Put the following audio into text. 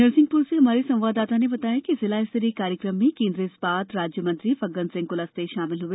नरसिंहपुर से हमारे संवाददाता ने बताया है कि जिला स्तरीय कार्यक्रम में केन्द्रीय इस्पात राज्यमंत्री फग्गन सिंह कुलस्ते शामिल हुए